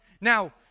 Now